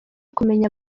kumenya